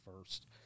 first